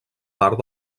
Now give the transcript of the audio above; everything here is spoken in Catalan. part